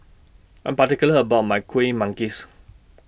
I'm particular about My Kuih Manggis